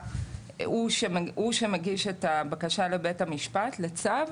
הוא זה שמגיש את הבקשה לבית המשפט לצו,